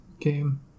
game